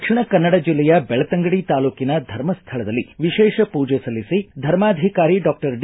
ದಕ್ಷಿಣ ಕನ್ನಡ ಜಿಲ್ಲೆಯ ಬೆಳ್ತಂಗಡಿ ತಾಲೂಕಿನ ಧರ್ಮಸ್ಥಳದಲ್ಲಿ ವಿಶೇಷ ಪೂಜೆ ಸಲ್ಲಿಸಿ ಧರ್ಮಾಧಿಕಾರಿ ಡಾಕ್ಟರ್ ಡಿ